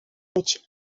być